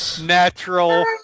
natural